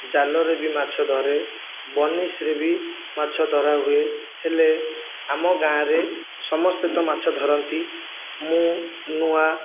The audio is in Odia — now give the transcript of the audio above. ଜାଲରେ ବି ମାଛ ଧରେ ବନିଶିରେ ବି ମାଛ ଧରା ହୁଏ ହେଲେ ଆମ ଗାଁରେ ସମସ୍ତେ ତ ମାଛ ଧରନ୍ତି ମୁଁ ନୂଆ